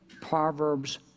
proverbs